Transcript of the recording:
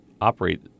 operate